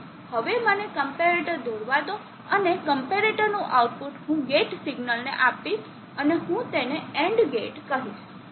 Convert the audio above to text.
ચાલો હવે મને કમ્પેરેટર દોરવા દો અને કમ્પેરેટરનું આઉટપુટ હું ગેટ સિગ્નલને આપીશ અને હું તેને AND ગેટ કહીશ